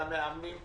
את המאמנים,